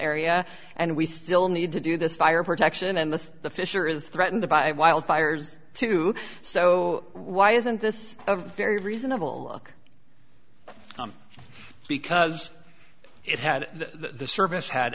area and we still need to do this fire protection and the fisher is threatened by wildfires too so why isn't this a very reasonable because it had the service had